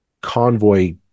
convoy